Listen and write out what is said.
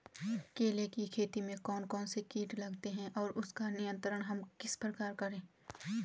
केले की खेती में कौन कौन से कीट लगते हैं और उसका नियंत्रण हम किस प्रकार करें?